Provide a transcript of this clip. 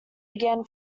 began